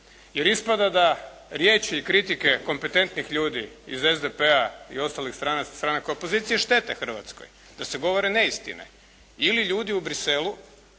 Jer ispada da riječi i kritike kompetentnih ljudi iz SDP-a i ostalih stranaka u opoziciji štete Hrvatskoj, da se govore neistine. Ili ljudi u Bruxellesu